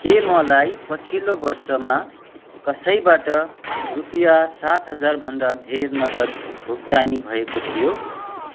के मलाई पछिल्लो वर्षमा कसैबाट रुपियाँ सात हजार भन्दा धेर नगद भुक्तानी भएको थियो